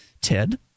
Ted